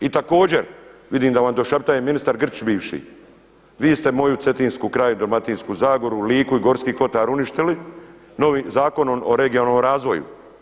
I također, vidim da vam došaptaje ministar Grčić bivši, vi ste moju Cetinsku krajinu, Dalmatinsku zagoru, Liku i Gorski kotar uništili novim Zakonom o regionalnom razvoju.